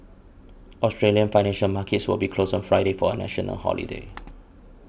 Australian financial markets will be closed on Friday for a national holiday